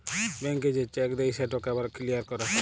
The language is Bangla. ব্যাংকে যে চ্যাক দেই সেটকে আবার কিলিয়ার ক্যরে